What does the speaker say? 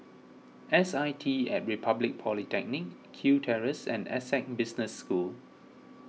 S I T at Republic Polytechnic Kew Terrace and Essec Business School